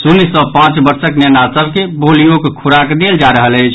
शून्य सँ पांच वर्षक नेना सभ के पोलियो खुराक देल जा रहल अछि